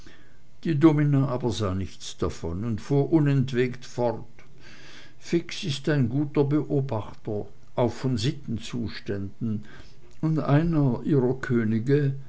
die domina aber sah nichts davon und fuhr unentwegt fort fix ist ein guter beobachter auch von sittenzuständen und einer ihrer könige